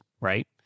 right